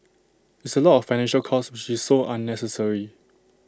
it's A lot of financial cost which's so unnecessary